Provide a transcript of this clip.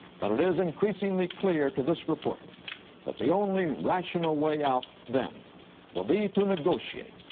but it is increasingly clear to this reporter that the only rational way out then will be to negotiate,